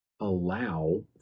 allow